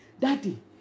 Daddy